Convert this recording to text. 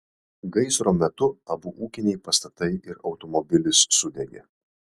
gaisro metu abu ūkiniai pastatai ir automobilis sudegė